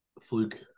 fluke